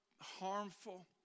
harmful